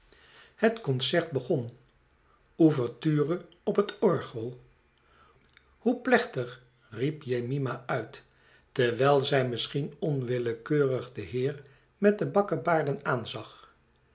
het concert begon ouverture op het orgel hoe plechtig riep jemima uit terwijl zij misschien onwillekeurig den heer met de bakkebaarden aanzag